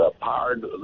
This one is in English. powered